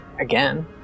again